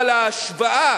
אבל ההשוואה